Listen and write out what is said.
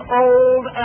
old